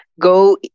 go